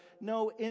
no